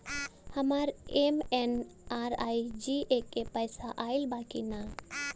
हमार एम.एन.आर.ई.जी.ए के पैसा आइल बा कि ना?